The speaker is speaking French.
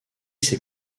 ses